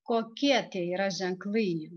kokie tai yra ženklai